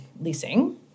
leasing